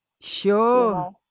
Sure